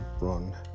run